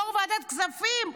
יו"ר ועדת כספים,